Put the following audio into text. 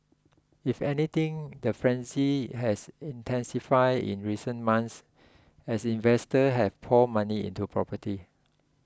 if anything the frenzy has intensified in recent months as investor have poured money into property